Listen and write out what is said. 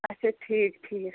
اچھا ٹھیٖک ٹھیٖک